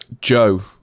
joe